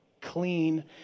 clean